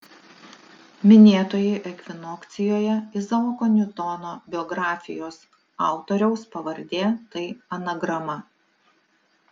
minėtoji ekvinokcijoje izaoko niutono biografijos autoriaus pavardė tai anagrama